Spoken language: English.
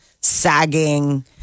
sagging